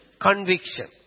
conviction